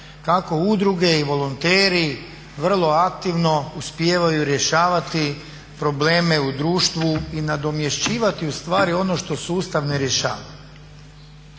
kako udruge i volonteri vrlo aktivno uspijevaju rješavati probleme u društvu i nadomješćivati ustvari ono što sustav ne rješava.